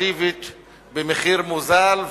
נורמטיבית במחיר מוזל,